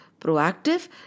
proactive